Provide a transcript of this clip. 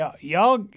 Y'all